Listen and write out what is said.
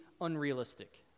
unrealistic